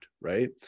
right